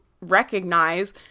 recognize